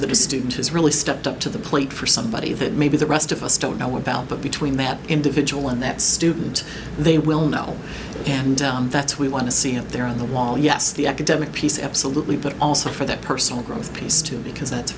that the student has really stepped up to the plate for somebody that maybe the rest of us don't know about but between that individual and that student they will know and that's we want to see it there on the wall yes the academic piece absolutely but also for the personal growth piece too because that's